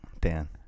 Dan